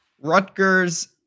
Rutgers